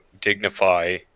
dignify